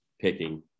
picking